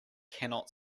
cannot